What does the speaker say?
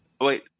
Wait